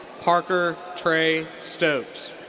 parker trey stokes.